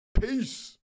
Peace